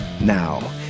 Now